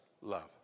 love